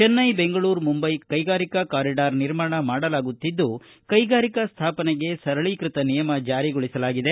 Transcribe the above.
ಚೆನ್ನೈ ಬೆಂಗಳೂರು ಮುಂಬೈ ಕೈಗಾರಿಕಾ ಕಾರಿಡಾರ್ ನಿರ್ಮಾಣ ಮಾಡಲಾಗುತ್ತಿದ್ದು ಕೈಗಾರಿಕಾ ಸ್ವಾಪನೆಗೆ ಸರಳೀಕೃತ ನಿಯಮ ಜಾರಿ ಮಾಡಲಾಗಿದೆ